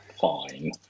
fine